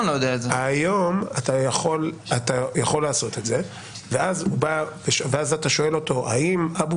היום אתה יכול לעשות את זה ואז אתה שואל אותו האם אבו